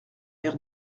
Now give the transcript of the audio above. air